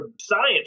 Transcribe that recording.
science